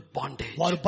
bondage